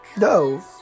no